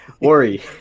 Worry